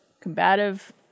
combative